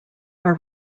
are